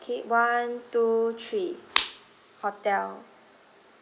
K one two three hotel